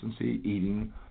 eating